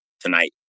tonight